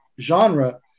genre